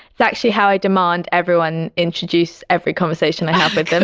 actually, how i demand everyone introduce every conversation i have with them